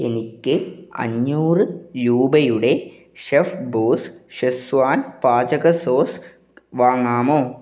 എനിക്ക് അഞ്ഞൂറ് രൂപയുടെ ഷെഫ് ബോസ് ഷെസ്വാൻ പാചക സോസ് വാങ്ങാമോ